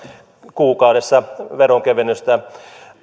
kuukaudessa veronkevennystä